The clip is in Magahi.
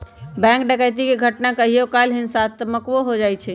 बैंक डकैती के घटना कहियो काल हिंसात्मको हो जाइ छइ